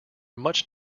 much